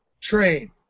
train